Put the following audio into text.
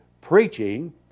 preaching